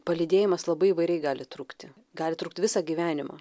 palydėjimas labai įvairiai gali trukti gali trukt visą gyvenimą